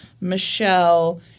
Michelle